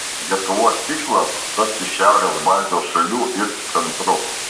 lietuvos tikslas tapti šiaurės baltijos šalių it centru